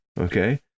Okay